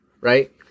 right